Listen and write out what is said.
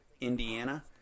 Indiana